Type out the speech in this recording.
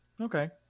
Okay